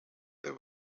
there